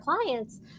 clients